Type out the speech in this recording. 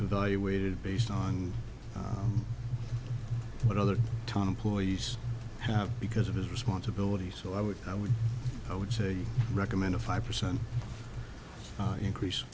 evaluated based on what other time police have because of his responsibilities so i would i would i would say recommend a five percent increase